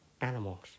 animals